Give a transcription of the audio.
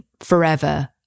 forever